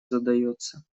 задается